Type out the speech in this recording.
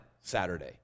Saturday